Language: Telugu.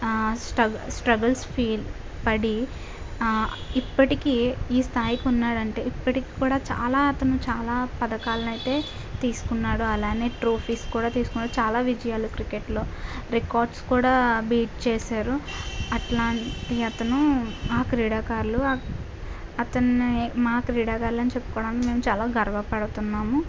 స్ట్రగుల్ స్ట్రగుల్ ఫీల్ పడి ఆ ఇప్పటి ఇప్పటికీ ఈ స్థాయికి ఉన్నాడంటే ఇప్పటికి కూడా చాలా అతను చాలా పథకాలను అయితే తీసుకున్నాడు అలానే ట్రోఫీస్ కూడా తీసుకొని చాలా విజయాలు క్రికెట్లో రికార్డ్స్ కూడా బీట్ చేశారు అట్లాంటి అతను ఆ క్రీడాకారులు అతన్నీ మా క్రీడాకారులు అని చెప్పుకోవడానికి మేము చాలా గర్వపడుతున్నాము